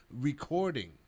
recording